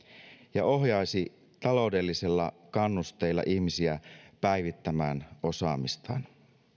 ja ohjaisi taloudellisilla kannusteilla ihmisiä päivittämään osaamistaan